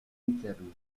interno